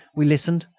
we listened,